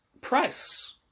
price